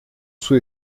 sua